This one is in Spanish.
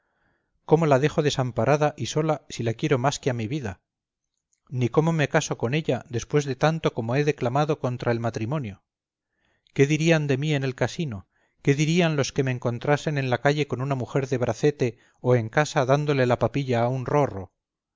cómo la dejo desamparada y sola si la quiero más que a mi vida ni cómo me caso con ella después de tanto como he declamado contra el matrimonio qué dirían de mí en el casino qué dirían los que me encontrasen en la calle con una mujer de bracete o en casa dándole la papilla a un rorro